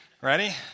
Ready